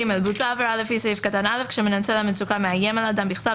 (ג)בוצעה עבירה לפי סעיף קטן (א) כשמנצל המצוקה מאיים על אדם בכתב,